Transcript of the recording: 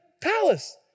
palace